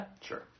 Sure